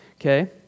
okay